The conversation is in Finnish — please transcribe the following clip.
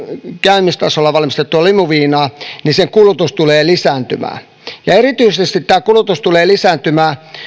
käymistasolla valmistettua limuviinaa niin sen kulutus tulee lisääntymään erityisesti tämä kulutus tulee